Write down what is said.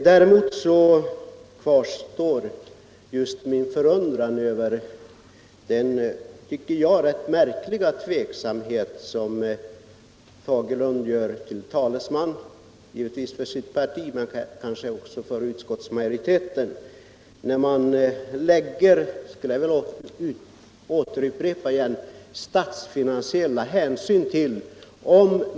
Däremot kvarstår min förundran över den, tycker jag, rätt märkliga tveksamhet som herr Fagerlund gör sig till talesman för — givetvis för sitt partis räkning men kanske också för utskottsmajoriteten — när det gäller att satsa på arbete åt ungdomen.